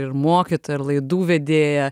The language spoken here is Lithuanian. ir mokytoja ir laidų vedėja